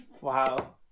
Wow